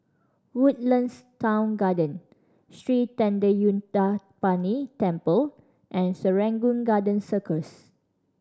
Woodlands Town Garden Sri Thendayuthapani Temple and Serangoon Garden Circus